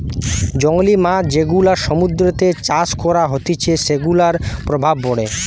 জংলী মাছ যেগুলা সমুদ্রতে চাষ করা হতিছে সেগুলার প্রভাব পড়ে